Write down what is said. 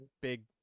Big